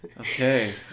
Okay